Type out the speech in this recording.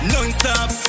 Non-stop